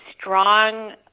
strong